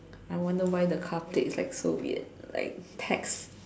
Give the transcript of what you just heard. I wonder why the car plate is like so weird like tax